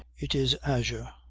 it is azure.